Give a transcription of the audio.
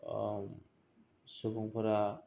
सुबुंफोरा